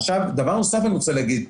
עכשיו, דבר נוסף אני רוצה להגיד.